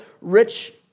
rich